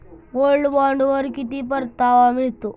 Gold बॉण्डवर किती परतावा मिळतो?